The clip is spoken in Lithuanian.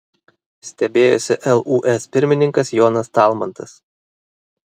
stebėjosi lūs pirmininkas jonas talmantas